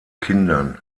kindern